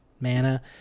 mana